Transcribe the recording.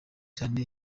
cyane